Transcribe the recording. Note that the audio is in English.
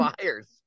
fires